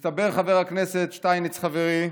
מסתבר, חבר הכנסת שטייניץ, חברי,